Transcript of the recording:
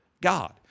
God